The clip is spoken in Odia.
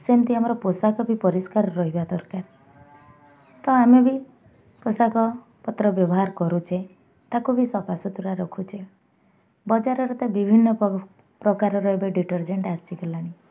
ସେମିତି ଆମର ପୋଷାକ ବି ପରିଷ୍କାର ରହିବା ଦରକାର ତ ଆମେ ବି ପୋଷାକପତ୍ର ବ୍ୟବହାର କରୁଛେ ତାକୁ ବି ସଫାସୁୁତୁରା ରଖୁଛେ ବଜାରରେ ତ ବିଭିନ୍ନ ପ୍ରକାରର ଏବେ ଡିଟରଜେଣ୍ଟ୍ ଆସିଗଲାଣି